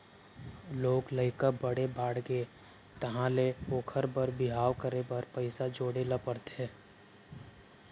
लोग लइका बड़े बाड़गे तहाँ ले ओखर बर बिहाव करे बर पइसा जोड़े ल परथे